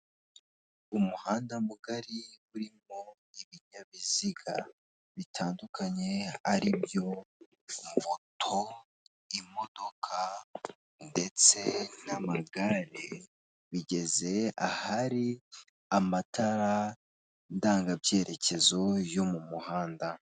Umuhanda mugari urimo ibinyabiziga bitandukanye ari byo moto, imodoka ndetse n'amagare, bigeze ahari amatara ndangabyerekezo yo mu muhanda.